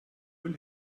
müll